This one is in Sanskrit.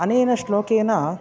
अनेन श्लोकेन